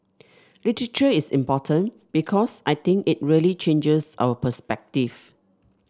literature is important because I think it really changes our perspective